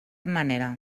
manera